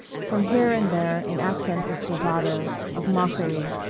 from here and there in accents of bravado, of mockery,